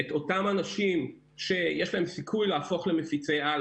את אותם אנשים שיש להם סיכוי להפוך למפיצי על,